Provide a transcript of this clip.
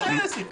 מתי היה סיכום?